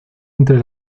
entre